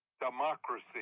democracy